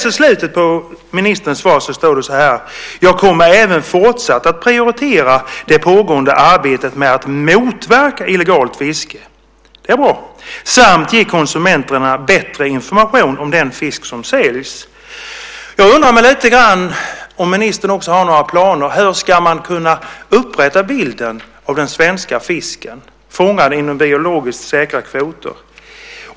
I slutet av ministerns svar står det: Jag kommer även fortsatt att prioritera det pågående arbetet med att motverka illegalt fiske - det är bra - samt ge konsumenterna bättre information om den fisk som säljs. Jag undrar om ministern också har några planer för hur man ska kunna upprätta bilden av den svenska fisken fångad inom biologiskt säkra kvoter.